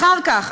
אחר כך,